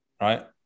right